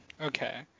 okay